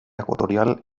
ecuatorial